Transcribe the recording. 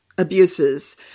abuses